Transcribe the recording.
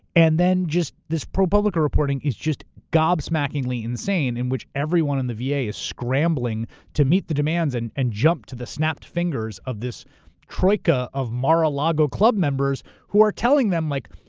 and then just this propublica reporting is just gob-smackingly insane in which everyone in the v. a. is scrambling to meet the demands and and jump to the snapped fingers of this troika of mar-a-lago club members who are telling them like,